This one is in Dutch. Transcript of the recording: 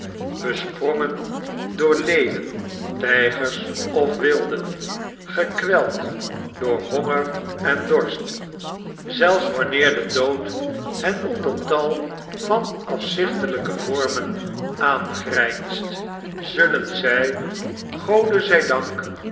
besprongen door leeuwen tijgers of wilden gekweld door honger en dorst zelfs wanneer de dood hen onder tal van afzichtelijke vormen aangrijnst zullen zij gode zjj dank